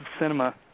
cinema